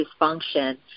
dysfunction